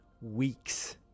weeks